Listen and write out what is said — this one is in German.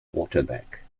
quarterback